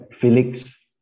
Felix